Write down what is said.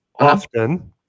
often